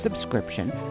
subscription